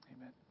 Amen